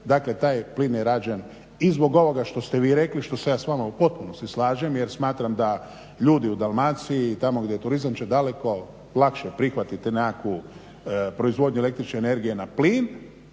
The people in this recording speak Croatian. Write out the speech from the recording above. Dakle, taj plin je rađen i zbog ovoga što ste vi rekli što se ja s vama u potpunosti slažem jer smatram da ljudi u Dalmaciji tamo gdje je turizam će daleko lakše prihvatiti nekakvu proizvodnju električne energije na plin